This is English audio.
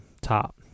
top